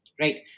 right